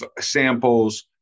samples